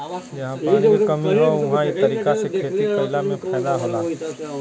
जहां पानी के कमी हौ उहां इ तरीका से खेती कइला में फायदा होला